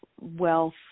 wealth